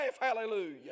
Hallelujah